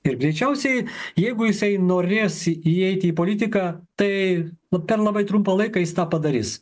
ir greičiausiai jeigu jisai norės įeiti į politiką tai la per labai trumpą laiką jis tą padarys